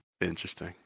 Interesting